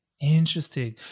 Interesting